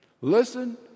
listen